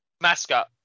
mascot